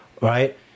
right